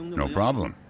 no problem.